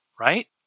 right